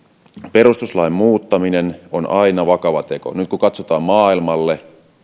perustuslain muuttaminen on aina vakava teko nyt kun katsotaan maailmalle